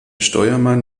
steuermann